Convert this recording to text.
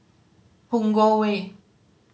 Punggol Way